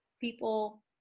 people